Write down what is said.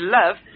love